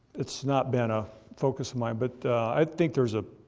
it's not been a focus of mine, but i think there's a,